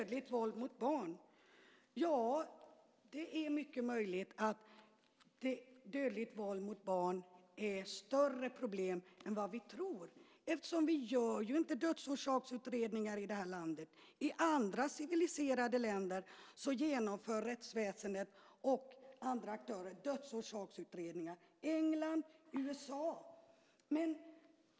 Det är mycket möjligt att dödligt våld mot barn är ett större problem än vad vi tror. Vi gör ju inte dödsorsaksutredningar i det här landet. I andra civiliserade länder genomför rättsväsendet och andra aktörer dödsorsaksutredningar - i England och USA.